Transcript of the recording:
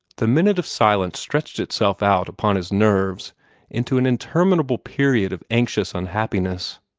the minute of silence stretched itself out upon his nerves into an interminable period of anxious unhappiness.